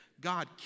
God